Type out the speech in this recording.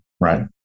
Right